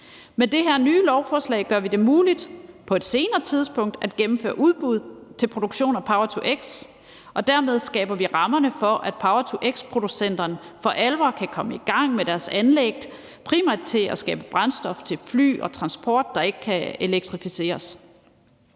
Med det her nye lovforslag gør vi det på et senere tidspunkt muligt at gennemføre udbud til produktion af power-to-x, og dermed skaber vi rammerne for, at power-to-x-producenterne for alvor kan komme i gang med deres anlæg, primært til at skabe brændstof til fly og transport, der ikke kan elektrificeres.